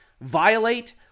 violate